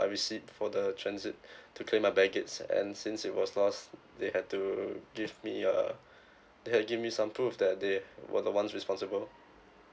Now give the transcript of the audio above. my receipt for the transit to claim my baggage and since it was lost they had to give me uh they had give me some proof that they were the ones responsible